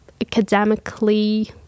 academically